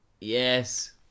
yes